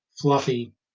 fluffy